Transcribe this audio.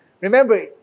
Remember